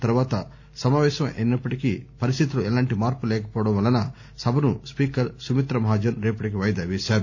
తరువాత సమావేశం అయినప్పటికీ పరిస్థితిలో ఎలాంటి మార్పు లేకపోవడం వలన సభను స్పీకర్ సుమితామహాజన్ రేపటికి వాయిదా వేశారు